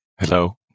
Hello